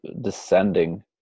descending